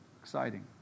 exciting